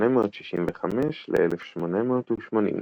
1865–1880